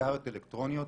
סיגריות אלקטרוניות